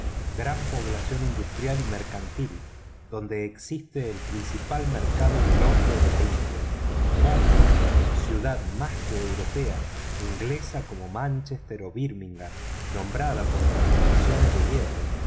gran población industrial y mercantil donde existe el principal mercado del opio de la india monglar ciudad más que europea inglesa como manchester o birmingham nombradas por sus fundiciones de hierro